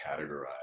categorize